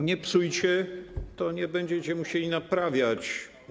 Nie psujcie, to nie będziecie musieli naprawiać.